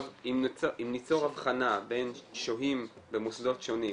אם ניצור הבחנה בין שוהים במוסדות שונים